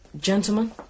Gentlemen